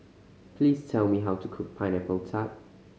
please tell me how to cook Pineapple Tart